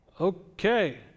Okay